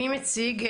מי מציג?